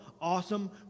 awesome